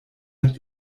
hat